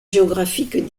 géographiques